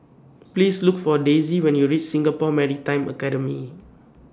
Please Look For Daisey when YOU REACH Singapore Maritime Academy